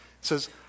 says